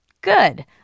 Good